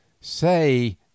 Say